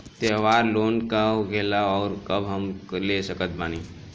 त्योहार लोन का होखेला आउर कब हम ले सकत बानी?